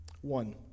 one